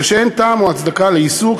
ושאין טעם או הצדקה לאסור,